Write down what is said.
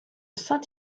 saint